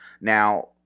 Now